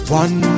one